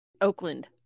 oakland